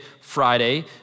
Friday